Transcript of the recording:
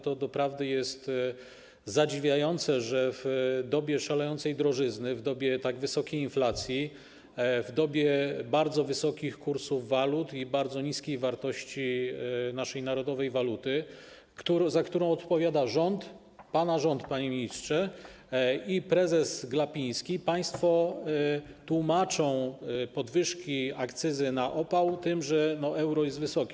To doprawdy zadziwiające, że w dobie szalejącej drożyzny, w dobie tak wysokiej inflacji, w dobie bardzo wysokich kursów walut i bardzo niskich wartości naszej narodowej waluty, za którą odpowiadają rząd - pana rząd, panie ministrze - i prezes Glapiński, państwo tłumaczą podwyżki akcyzy na opał tym, że kurs euro jest wysoki.